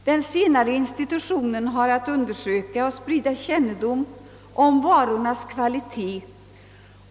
Den senare institutionen har att undersöka och sprida kännedom om varornas kvalitet.